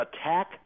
attack